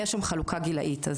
יש שם חלוקה גילאית,